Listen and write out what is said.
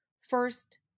First